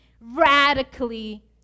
radically